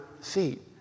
feet